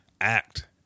act